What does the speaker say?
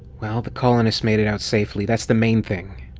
well, the colonists made it out safely that's the main thing.